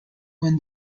when